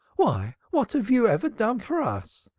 why, what have you ever done for us?